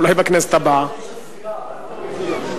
יושבת-ראש הסיעה,